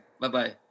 Bye-bye